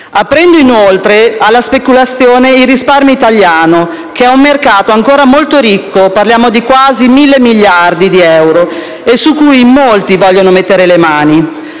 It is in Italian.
aprendo inoltre alla speculazione il risparmio italiano, che ha un mercato ancora molto ricco - parliamo di quasi 1.000 miliardi di euro - su cui in molti vogliono mettere le mani.